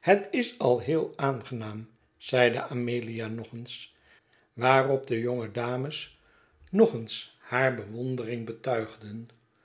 het is al heel aangenaam zeide amelia nog eens waarop de jonge dames nog eens haar bewondering betuigclen